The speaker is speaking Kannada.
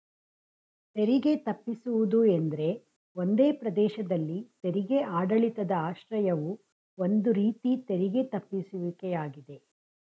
ತೆರಿಗೆ ತಪ್ಪಿಸುವುದು ಎಂದ್ರೆ ಒಂದೇ ಪ್ರದೇಶದಲ್ಲಿ ತೆರಿಗೆ ಆಡಳಿತದ ಆಶ್ರಯವು ಒಂದು ರೀತಿ ತೆರಿಗೆ ತಪ್ಪಿಸುವಿಕೆ ಯಾಗಿದೆ